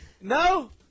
No